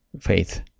faith